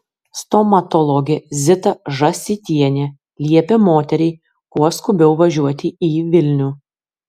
stomatologė zita žąsytienė liepė moteriai kuo skubiau važiuoti į vilnių